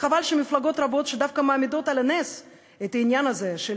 חבל שמפלגות רבות שדווקא מעמידות על הנס את העניין הזה של